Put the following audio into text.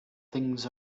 things